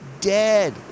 dead